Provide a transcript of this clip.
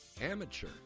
Amateur